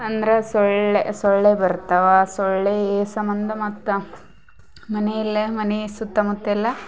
ಅಂದರ ಸೊಳ್ಳೆ ಸೊಳ್ಳೆ ಬರ್ತಾವ ಆ ಸೊಳ್ಳೆ ಸಂಬಂಧ ಮತ್ತೆ ಮನೆಯಲ್ಲೆ ಮನೆ ಸುತ್ತ ಮುತ್ತೆಲ್ಲ